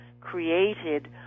created